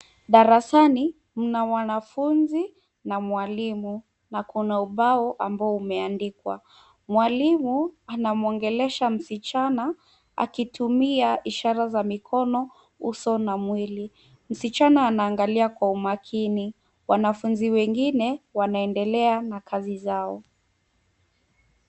Darasani mna wanafunzi na mwalimu na kuna ubao ambao umeandikwa. Mwalimu anamwongelesha msichana akitumia ishara za mikono, uso na mwili. Msichana anaangalia kwa umakini. Wanafunzi wengine wanaendelea na kazi zao